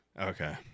Okay